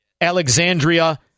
Alexandria